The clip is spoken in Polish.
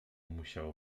musiało